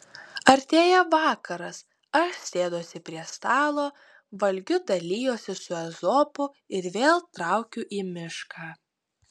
artėja vakaras aš sėduosi prie stalo valgiu dalijuosi su ezopu ir vėl traukiu į mišką